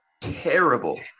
terrible